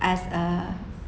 as a